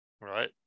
Right